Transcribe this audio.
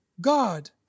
God